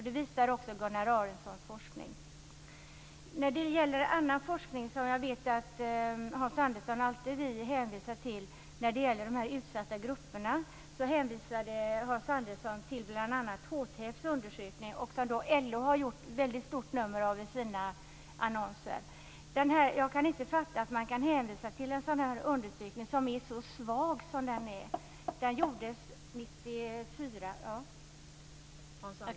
Det visar också Gunnar När det gäller annan forskning vet jag att Hans Andersson alltid vill hänvisa till det som gäller de utsatta grupperna och han hänvisade bl.a. till HTF:s undersökning, som LO har gjort mycket stort nummer av i sina annonser. Jag kan inte fatta att man kan hänvisa till en sådan undersökning som är så svag som den är. Den gjordes 1994.